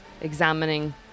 examining